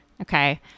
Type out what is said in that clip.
Okay